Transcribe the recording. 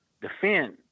defend